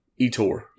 Etor